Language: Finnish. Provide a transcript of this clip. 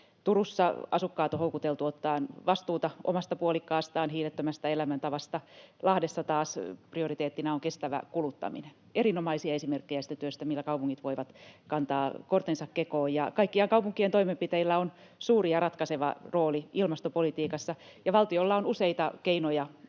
Turussa asukkaat on houkuteltu ottamaan vastuuta omasta puolikkaastaan hiilettömästä elämäntavasta, Lahdessa taas prioriteettina on kestävä kuluttaminen — erinomaisia esimerkkejä siitä työstä, millä kaupungit voivat kantaa kortensa kekoon. Kaikkiaan kaupunkien toimenpiteillä on suuri ja ratkaiseva rooli ilmastopolitiikassa, ja valtiolla on useita keinoja